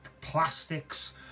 plastics